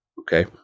Okay